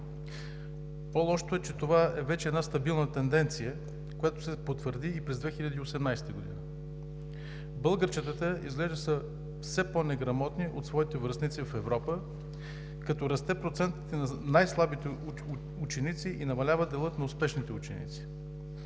По-лошото е, че това е вече една стабилна тенденция, която се потвърди и през 2018 г. Българчетата изглежда са все по-неграмотни от своите връстници в Европа, като расте процентът на най-слабите ученици и намалява делът на успешните ученици.